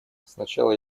сначала